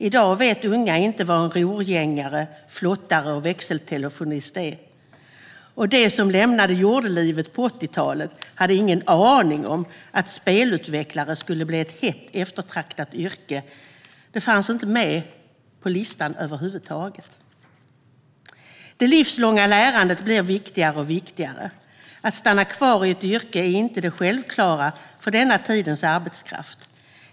I dag vet unga inte vad en rorgängare, en flottare eller en växeltelefonist är. Och de som lämnade jordelivet på 80-talet hade ingen aning om att spelutvecklare skulle bli ett hett eftertraktat yrke, för det fanns inte med på listan över huvud taget. Det livslånga lärandet blir viktigare och viktigare. Att stanna kvar i ett yrke är inte det självklara för vår tids arbetskraft.